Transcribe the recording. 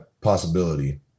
possibility